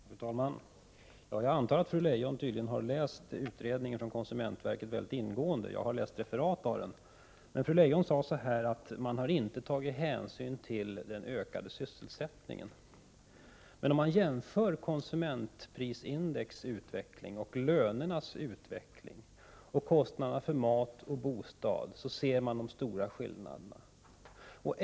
Fru talman! Jag antar att fru Leijon har läst utredningen från konsumentverket mycket ingående. Jag har läst referat av den. Fru Leijon sade att man inte har tagit hänsyn till den ökade sysselsättningen. Men om man jämför utvecklingen för konsumentprisindex och utvecklingen för lönerna samt kostnaderna för mat och bostad, då ser man de stora skillnaderna.